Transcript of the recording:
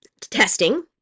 testing